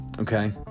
Okay